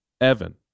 Evan